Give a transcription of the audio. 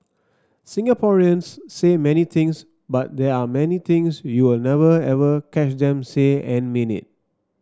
Singaporeans say many things but there are many things you'll never ever catch them say and mean it